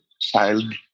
child